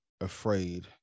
afraid